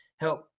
Help